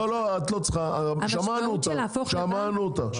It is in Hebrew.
לא, את לא צריכה, שמענו אותך.